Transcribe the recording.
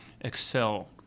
excel